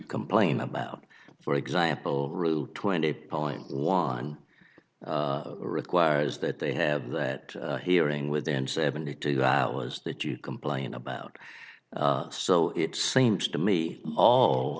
complain about for example route twenty eight point one requires that they have that hearing within seventy two hours that you complain about so it seems to me all